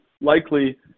likely